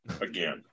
again